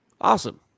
Awesome